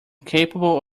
capable